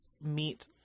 meet